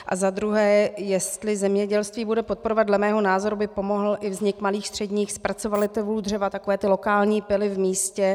A za druhé, jestli zemědělství bude podporovat dle mého názoru by pomohl i vznik malých, středních zpracovatelů dřeva takové ty lokální pily v místě.